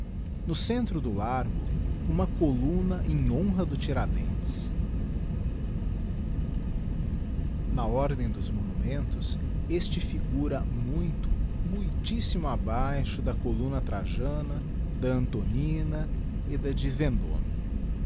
no centro do largo uma columna em honra do tiradentes na ordem dos monumentos este fígura muito muitíssimo digiti zedby google abaixo da columna trajana da antonina e da de vendôme